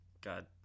God